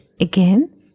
again